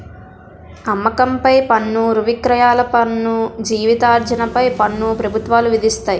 అమ్మకం పైన పన్ను బువిక్రయాల పన్ను జీతార్జన పై పన్ను ప్రభుత్వాలు విధిస్తాయి